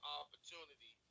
opportunity